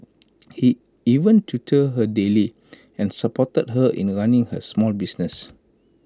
he even tutored her daily and supported her in running her small business